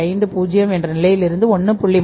50 என்ற நிலையிலிருந்து 1